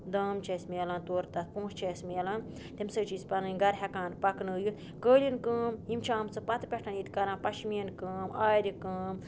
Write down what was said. دام چھِ اَسہِ مِلان تورٕ تَتھ پونٛسہٕ چھِ اَسہِ مِلان تَمہِ سۭتۍ چھِ أسۍ پَنٕنۍ گرٕ ہٮ۪کان پَکنٲیِتھ قٲلیٖن کٲم یِم چھِ آمژٕ پَتہٕ پٮ۪ٹھ ییٚتہِ کران پَشمیٖن کٲم آرِ کٲم